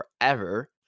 forever